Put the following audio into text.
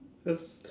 that's